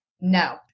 No